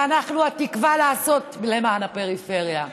ואנחנו, התקווה לעשות למען הפריפריה.